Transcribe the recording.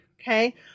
Okay